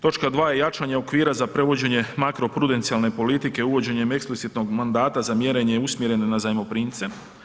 Točka 2. je jačanje okvira za prevođenje makro prudencijalne politike uvođenjem eksplicitnog mandata za mjerenje usmjerene na zajmoprimce.